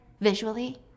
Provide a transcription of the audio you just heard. Visually